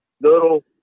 little